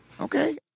Okay